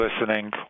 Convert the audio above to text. listening